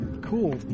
cool